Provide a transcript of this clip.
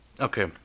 Okay